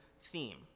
theme